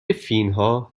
فینها